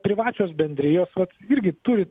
privačios bendrijos irgi turi